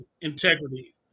integrity